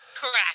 Correct